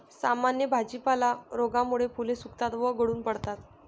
सामान्य भाजीपाला रोगामुळे फुले सुकतात व गळून पडतात